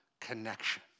connection